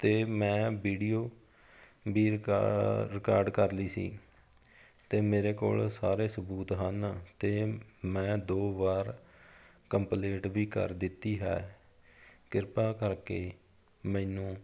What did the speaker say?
ਅਤੇ ਮੈਂ ਵੀਡੀਓ ਵੀ ਰਿਕਾ ਰਿਕਾਰਡ ਕਰ ਲਈ ਸੀ ਅਤੇ ਮੇਰੇ ਕੋਲ ਸਾਰੇ ਸਬੂਤ ਹਨ ਅਤੇ ਮੈਂ ਦੋ ਵਾਰ ਕੰਪਲੇਂਟ ਵੀ ਕਰ ਦਿੱਤੀ ਹੈ ਕਿਰਪਾ ਕਰਕੇ ਮੈਨੂੰ